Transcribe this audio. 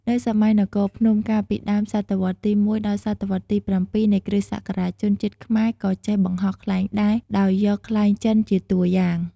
នៅសម័យនគរភ្នំកាលពីដើម សតវត្ស ទី១ ដល់ សតវត្ស ទី៧ នៃ គ្រិស្ដសករាជ ជនជាតិខ្មែរក៏ចេះបង្ហោះខ្លែងដែរ ដោយយកខ្លែងចិនជាតួយ៉ាង។